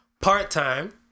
Part-time